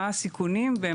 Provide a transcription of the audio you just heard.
מה הסיכונים,